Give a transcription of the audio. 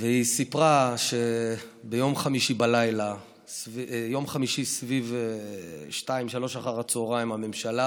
והיא סיפרה שביום חמישי סביב 14:00 15:00 הממשלה